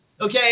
okay